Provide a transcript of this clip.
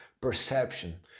perception